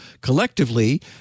Collectively